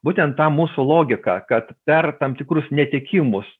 būtent tą mūsų logiką kad per tam tikrus netekimus